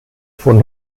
von